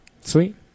Sweet